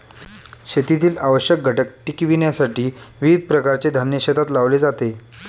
शेतीतील आवश्यक घटक टिकविण्यासाठी विविध प्रकारचे धान्य शेतात लावले जाते